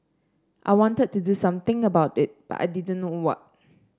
I wanted to do something about it but I didn't know what